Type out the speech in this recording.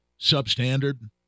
substandard